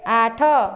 ଆଠ